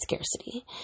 scarcity